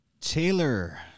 Taylor